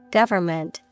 government